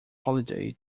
holiday